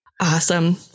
Awesome